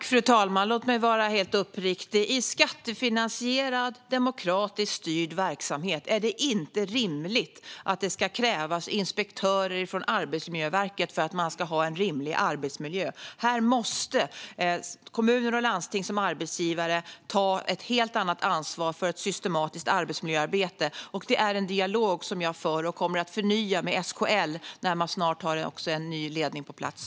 Fru talman! Låt mig vara helt uppriktig: I skattefinansierad, demokratiskt styrd verksamhet är det inte rimligt att det ska krävas inspektörer från Arbetsmiljöverket för att man ska ha en rimlig arbetsmiljö. Här måste kommuner och landsting som arbetsgivare ta ett helt annat ansvar för ett systematiskt arbetsmiljöarbete. Jag för en dialog med SKL, och kommer att förnya denna dialog när man snart har en ny ledning på plats.